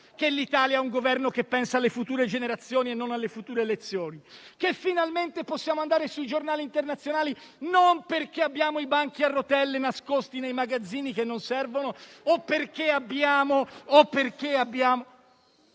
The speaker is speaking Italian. che l'Italia ha un Governo che pensa alle future generazioni e non alle future elezioni, che finalmente possiamo andare sui giornali internazionali non perché abbiamo i banchi a rotelle nascosti nei magazzini che non servono o perché abbiamo